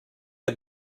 did